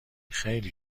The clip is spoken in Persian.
خیلی